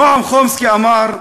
נועם חומסקי אמר: